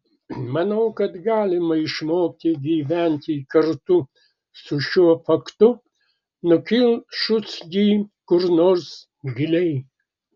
manau kad galima išmokti gyventi kartu su šiuo faktu nukišus jį kur nors giliai